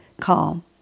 calm